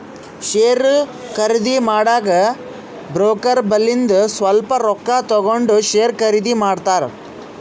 share ಖರ್ದಿ ಮಾಡಾಗ broker ಬಲ್ಲಿಂದು ಸ್ವಲ್ಪ ರೊಕ್ಕಾ ತಗೊಂಡ್ ಶೇರ್ ಖರ್ದಿ ಮಾಡ್ತಾರ್